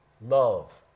Love